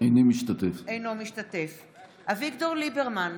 אינו משתתף בהצבעה אביגדור ליברמן,